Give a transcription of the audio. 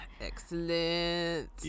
excellent